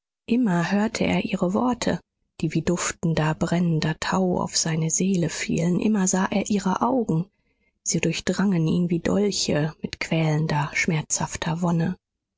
immer hörte er ihre worte die wie duftender brennender tau auf seine seele fielen immer sah er ihre augen sie durchdrangen ihn wie dolche mit quälender schmerzhafter wonne